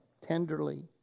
tenderly